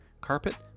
carpet